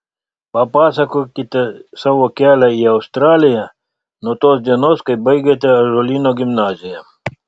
papasakokite savo kelią į australiją nuo tos dienos kai baigėte ąžuolyno gimnaziją